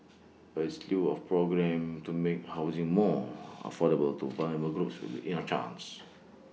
A slew of programmes to make housing more affordable to vulnerable groups will be A chance